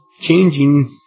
changing